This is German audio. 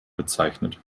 bezeichnet